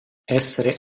essere